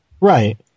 Right